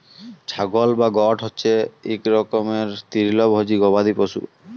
ছাগল বা গট হছে ইক রকমের তিরলভোজী গবাদি পশু